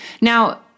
Now